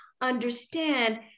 understand